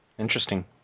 Interesting